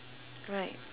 right